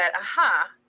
aha